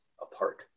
apart